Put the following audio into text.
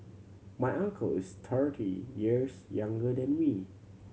my uncle is thirty years younger than me